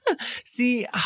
See